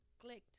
clicked